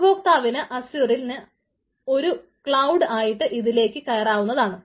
ഉപദോക്താവിന് അസ്യുറിന് ഒരു ക്ലൌഡ് ആയിട്ട് ഇതിലേക്ക് കയറാവുന്നതാണ്